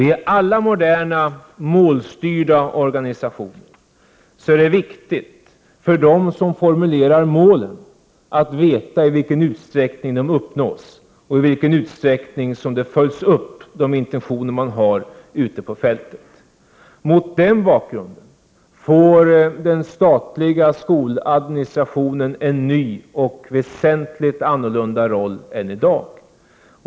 I alla moderna målstyrda organisationer är det viktigt för dem som formulerar målen att veta i vilken utsträckning de uppnås och i vilken utsträckning intentionerna ute på fältet följs upp. Mot den bakgrunden får den statliga skoladministrationen en ny och väsentligt annorlunda roll än i dag.